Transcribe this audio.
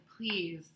please